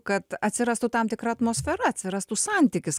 kad atsirastų tam tikra atmosfera atsirastų santykis